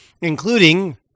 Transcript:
including